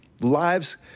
lives